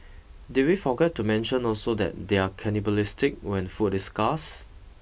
did we forget to mention also that they're cannibalistic when food is scarce